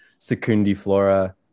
secundiflora